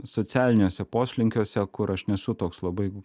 socialiniuose poslinkiuose kur aš nesu toks labai